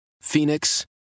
Phoenix